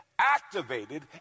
activated